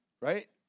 Right